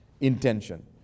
intention